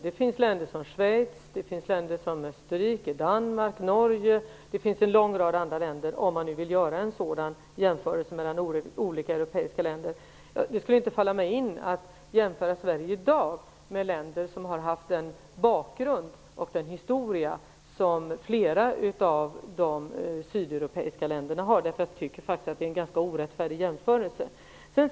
Det finns en lång rad andra europeiska länder, som Schweiz, Österrike, Danmark och Norge, att göra sådana jämförelser med, men det skulle i dag inte falla mig in att jämföra med länder som har en sådan bakgrund och historia som flera av de sydeuropeiska länderna har. Jag tycker faktiskt att det är en orättfärdig jämförelse.